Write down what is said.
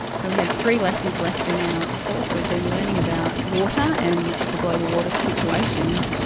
so we had three lessons left in our course, we had been learning about water and the global water situation,